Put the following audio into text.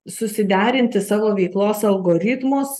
susiderinti savo veiklos algoritmus